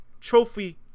trophy